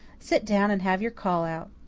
sit down and have your call out.